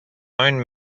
own